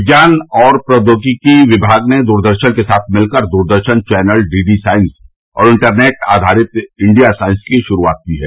विज्ञान और प्रौद्योगिकी विभाग ने दूरदर्शन के साथ मिलकर दूरदर्शन चैनल डीडीसाइंस और इंटरनैट आधारित इंडिया साइंस की शुरूआत की है